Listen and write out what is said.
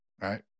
right